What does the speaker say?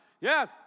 yes